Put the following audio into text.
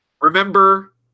Remember